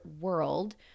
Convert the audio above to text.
world